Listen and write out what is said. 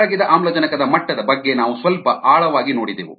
ಕರಗಿದ ಆಮ್ಲಜನಕದ ಮಟ್ಟದ ಬಗ್ಗೆ ನಾವು ಸ್ವಲ್ಪ ಆಳವಾಗಿ ನೋಡಿದೆವು